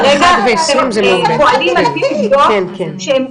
--- כרגע, אין לי מספיק לקבוע --- שהן